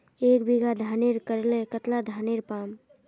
एक बीघा धानेर करले कतला धानेर पाम?